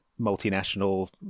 multinational